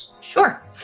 Sure